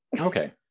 Okay